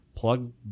Plug